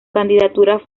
candidatura